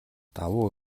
давуу